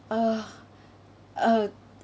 uh uh